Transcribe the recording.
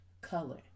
color